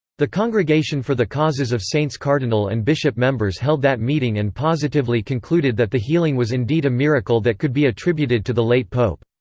the congregation for the causes of saints' cardinal and bishop members held that meeting and positively concluded that the healing was indeed a miracle that could be attributed to the late pope.